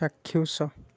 ଚାକ୍ଷୁଷ